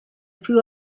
più